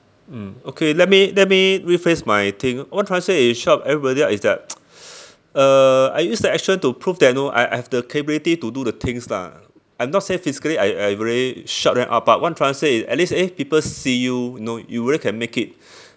mm okay let me let me rephrase my thing what I'm trying to say is shut everybody up is that uh I use the action to prove that you know I I have the capability to do the things lah I'm not say physically I I really shut them up but what I'm trying to say is at least eh people see you know you really can make it